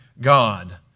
God